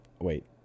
wait